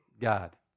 God